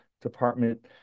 department